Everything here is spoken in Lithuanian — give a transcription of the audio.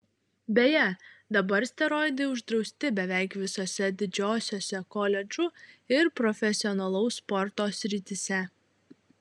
beje dabar steroidai uždrausti beveik visose didžiosiose koledžų ir profesionalaus sporto srityse